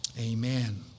Amen